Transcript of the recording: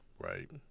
right